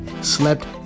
slept